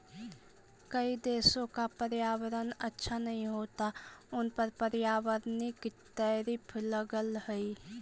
कई देशों का पर्यावरण अच्छा नहीं होता उन पर पर्यावरणिक टैरिफ लगअ हई